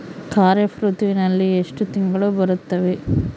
ಖಾರೇಫ್ ಋತುವಿನಲ್ಲಿ ಎಷ್ಟು ತಿಂಗಳು ಬರುತ್ತವೆ?